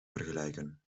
vergelijken